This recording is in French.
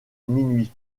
minuit